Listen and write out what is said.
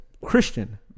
Christian